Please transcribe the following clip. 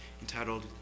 entitled